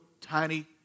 tiny